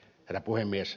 herra puhemies